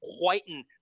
whiten